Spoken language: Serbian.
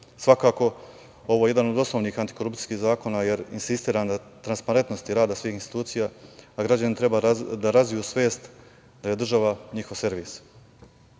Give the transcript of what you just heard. ovo je jedan od osnovnih antikorupcijskih zakona, jer insistira na transparentnosti rada svih institucija, a građani treba da razviju svest da je država njihov servis. Oba